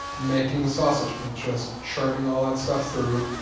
making the sausage and just churning all that stuff through.